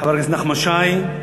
חבר הכנסת נחמן שי,